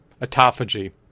autophagy